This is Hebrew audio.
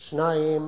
דבר שני,